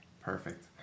Perfect